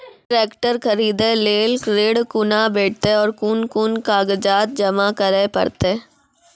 Tractor खरीदै लेल ऋण कुना भेंटते और कुन कुन कागजात जमा करै परतै?